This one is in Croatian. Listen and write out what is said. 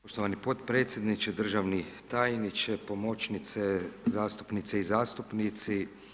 Poštovani potpredsjedniče, državni tajniče, pomoćnice, zastupnice i zastupnici.